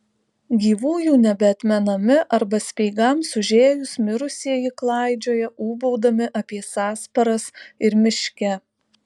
gyvųjų nebeatmenami arba speigams užėjus mirusieji klaidžioja ūbaudami apie sąsparas ir miške